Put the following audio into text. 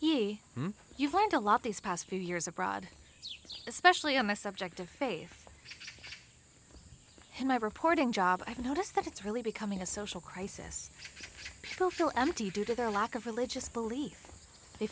back you've learned a lot these past few years abroad especially on the subject of faith in my reporting job i've noticed that it's really becoming a social crisis still feel empty due to their lack of religious belief they